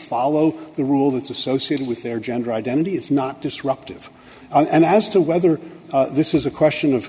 follow the rule that's associated with their gender identity it's not disruptive and as to whether this is a question of